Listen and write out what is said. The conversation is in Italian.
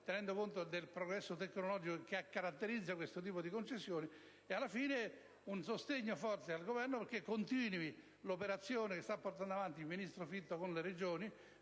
tenendo conto del progresso tecnologico che caratterizza questo tipo di concessione; infine, serve un sostegno forte al Governo perché continui l'operazione che sta portando avanti il ministro Fitto con le Regioni,